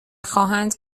خواهند